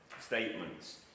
statements